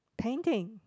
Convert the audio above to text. painting